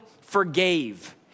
forgave